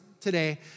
today